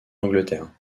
angleterre